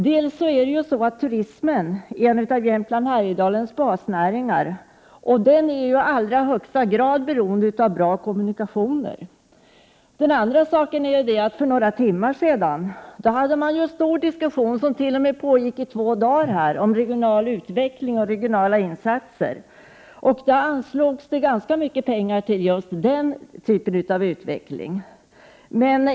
Turismen är för det första en av Jämtlands och Härjedalens basnäringar, och den är i allra högsta grad beroende av goda kommunikationer. Fram till för några timmar sedan fördes för det andra en stor diskussion, som t.o.m. pågick i två dagar, om regional utveckling och regionala insatser. Det anslogs ganska mycket pengar till denna typ av utveckling.